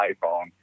iPhone